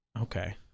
Okay